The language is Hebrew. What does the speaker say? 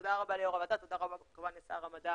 תודה רבה ליו"ר הוועדה, תודה רבה כמובן לשר המדע